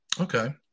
Okay